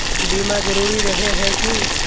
बीमा जरूरी रहे है की?